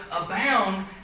abound